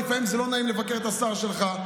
לפעמים לא נעים לבקר את השר שלך,